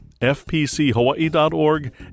fpchawaii.org